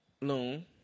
Loon